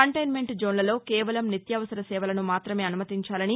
containment జోస్లలో కేవలం నిత్యావసర సేవలను మాత్రమే అనుమతించాలని